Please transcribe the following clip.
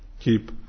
keep